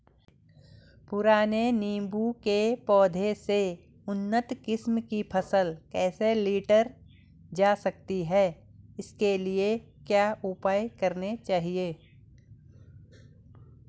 पुराने नीबूं के पौधें से उन्नत किस्म की फसल कैसे लीटर जा सकती है इसके लिए क्या उपाय करने चाहिए?